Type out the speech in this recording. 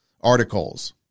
articles